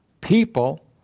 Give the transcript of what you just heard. people